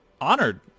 Honored